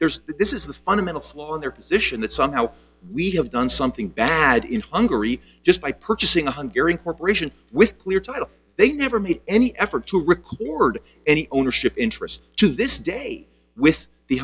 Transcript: there's this is the fundamental flaw in their position that somehow we have done something bad in hungary just by purchasing a hungary corporation with clear title they never made any effort to record any ownership interest to this day with the